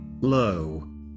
Lo